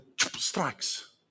strikes